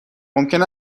ممکن